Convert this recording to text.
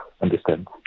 understand